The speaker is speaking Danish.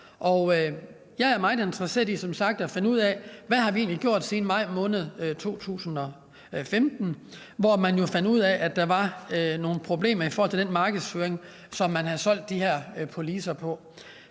sagt meget interesseret i at finde ud af, hvad vi egentlig har gjort siden maj måned 2015, hvor man jo fandt ud af, at der var nogle problemer i forhold til den markedsføring, som man havde solgt de her policer på.